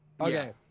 Okay